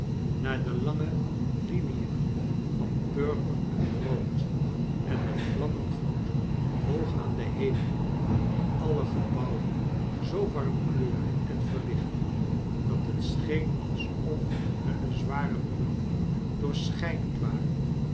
naar de lange linien van purper en rood en den vlammengloed hoog aan den hemel die alle gebouwen zoo warm kleurde en verlichtte dat het scheen alsof hunne zware muren doorschijnend waren